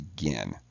again